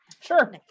Sure